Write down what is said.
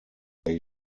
they